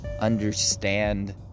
understand